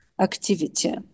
activity